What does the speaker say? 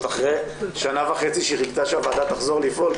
אחרי שנה וחצי שהיא חיכתה שהוועדה תחזור לפעול,